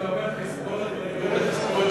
כשאתה אומר תספורת אתה מתכוון לתספורת של,